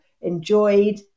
enjoyed